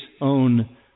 own